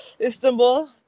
Istanbul